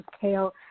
kale